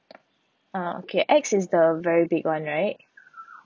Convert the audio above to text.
ah okay X is the very big [one] right